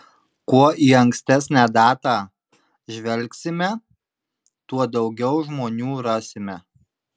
kuo į ankstesnę datą žvelgsime tuo daugiau žmonių rasime